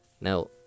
Now